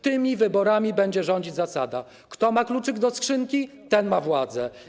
Tymi wyborami będzie rządzić zasada: kto ma kluczyk do skrzynki, ten ma władzę.